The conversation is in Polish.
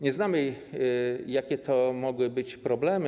Nie znamy, jakie to mogły być problemy.